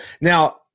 now